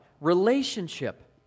relationship